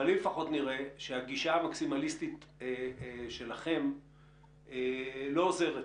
שהגישה המכסימליסטית שלכם לא עוזרת.